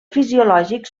fisiològic